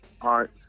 art